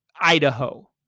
Idaho